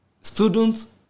Students